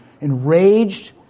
enraged